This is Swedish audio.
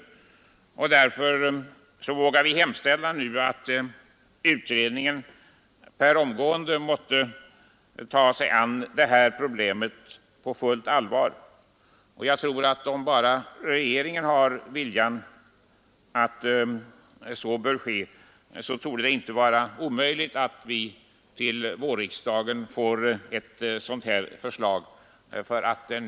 Därför vågar vi nu hemställa att utredningen omgående skall ta sig an detta problem på fullt allvar. Om bara regeringen har viljan härtill, borde det inte vara omöjligt att lägga fram ett förslag till vårriksdagen.